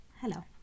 Hello